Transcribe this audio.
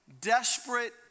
desperate